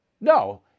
No